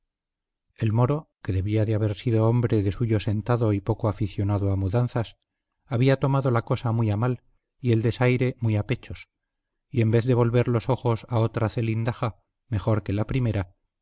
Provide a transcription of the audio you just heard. el moro que debía de haber sido hombre de suyo sentado y poco aficionado a mudanzas había tomado la cosa muy a mal y el desaire muy a pechos y en vez de volver los ojos a otra zelindaja mejor que la primera